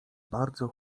bardzo